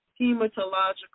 hematological